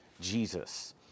jesus